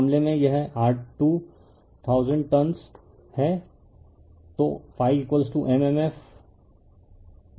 refer slide time 2123 तो इस मामले में यह R2000 एम्पीयर टर्नस है